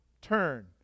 turn